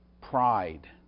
Pride